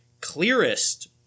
clearest